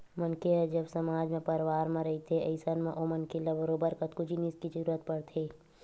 मनखे ह जब समाज म परवार म रहिथे अइसन म ओ मनखे ल बरोबर कतको जिनिस के जरुरत पड़थे